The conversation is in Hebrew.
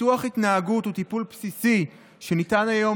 ניתוח התנהגות הוא טיפול בסיסי שניתן היום